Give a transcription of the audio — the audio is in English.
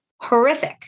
horrific